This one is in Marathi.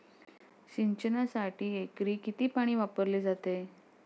सिंचनासाठी एकरी किती पाणी वापरले जाते?